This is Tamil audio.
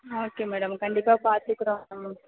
ஓகே மேடம் கண்டிப்பாக பார்த்துக்குறோம் ம்